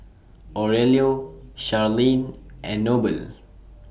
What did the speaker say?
Aurelio Sharleen and Noble